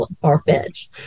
far-fetched